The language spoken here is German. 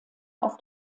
auf